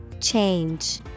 Change